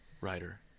writer